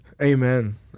Amen